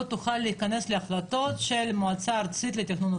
תוכל להיכנס להחלטות של מועצה ארצית לתכנון ובנייה.